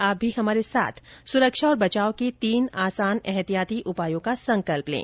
आप भी हमारे साथ सुरक्षा और बचाव के तीन आसान एहतियाती उपायों का संकल्प लें